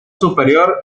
superior